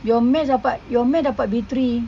your maths dapat your maths dapat B three